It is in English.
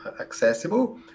accessible